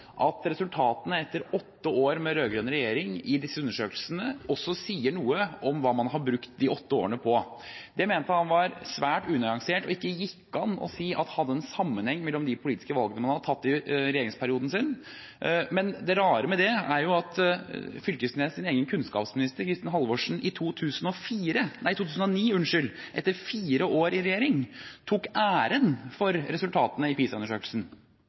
at resultatene i disse undersøkelsene etter åtte år med rød-grønn regjering også sier noe om hva man har brukt de åtte årene på. Det mente han var svært unyansert, og at det ikke gikk an å si at det hadde en sammenheng med de politiske valgene man hadde tatt i regjeringsperioden sin. Men det rare med det er at Knag Fylkesnes’ egen kunnskapsminister Kristin Halvorsen i 2009, etter fire år i regjering, tok æren for resultatene i